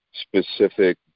Specific